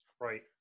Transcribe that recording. Right